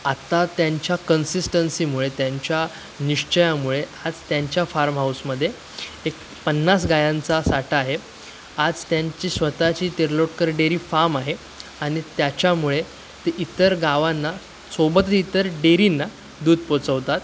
आता त्यांच्या कन्सिस्टन्सीमुळे त्यांच्या निश्चयामुळे आज त्यांच्या फार्म हाऊसमध्ये एक पन्नास गायांचा साठा आहे आज त्यांची स्वतःची तिरलोटकर डेअरी फार्म आहे आणि त्याच्यामुळे ते इतर गावांना सोबत इतर डेअरींना दूध पोचवतात